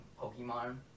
Pokemon